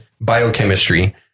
biochemistry